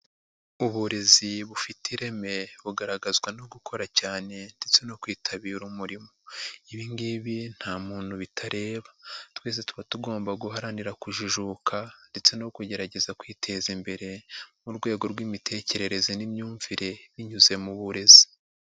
Uburezi bufite ireme bugaragazwa no gukora cyane ndetse no kwitabira umurimo, ibingibi nta muntu bitareba, twese tuba tugomba guharanira kujijuka ndetse no kugerageza kwiteza imbere mu rwego rw'imitekerereze n'imyumvire binyuze mu burezi.